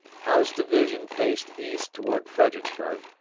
howe's division faced east toward fredericksburg,